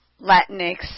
Latinx